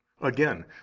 again